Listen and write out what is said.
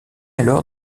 alors